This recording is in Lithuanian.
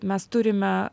mes turime